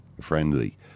friendly